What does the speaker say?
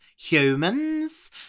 humans